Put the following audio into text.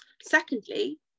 Secondly